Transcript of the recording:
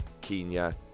Kenya